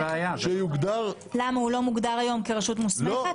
היום הוא לא מוגדר כרשות מוסמכת?